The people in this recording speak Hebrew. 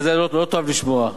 את זה אתה לא תאהב לשמוע,